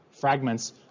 fragments